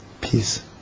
peace